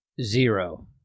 Zero